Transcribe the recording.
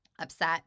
upset